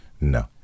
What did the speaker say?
No